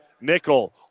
nickel